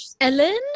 Ellen